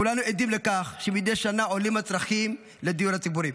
כולנו עדים לכך שמדי שנה עולים הצרכים לדיור הציבורי.